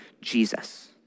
Jesus